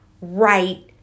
right